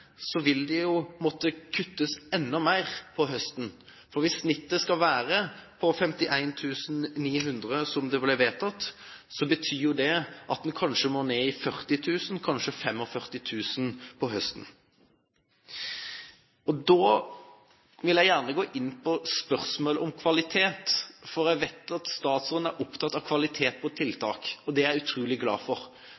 vil det måtte kuttes enda mer til høsten. Hvis snittet skal være på 51 900, som det ble vedtatt, betyr det at en må ned i 40 000, kanskje 45 000, til høsten. Jeg vil gjerne gå inn på spørsmålet om kvalitet, for jeg vet at statsråden er opptatt av kvalitet på